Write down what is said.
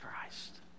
Christ